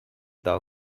thou